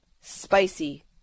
spicy